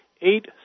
eight